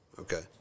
okay